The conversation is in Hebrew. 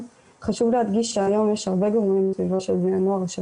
חשוב להדגיש שהיום יש הרבה גורמים מסביבו של בן הנוער אשר